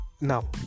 Now